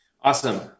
Awesome